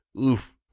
oof